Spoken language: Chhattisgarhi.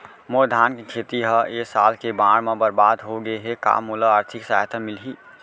मोर धान के खेती ह ए साल के बाढ़ म बरबाद हो गे हे का मोला आर्थिक सहायता मिलही?